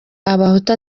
abahutu